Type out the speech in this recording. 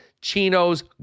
chinos